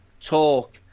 talk